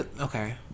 okay